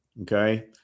Okay